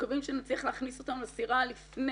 מקווים שנצליח להכניס אותם לסירה לפני